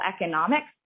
economics